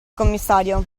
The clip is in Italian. commissario